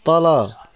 तल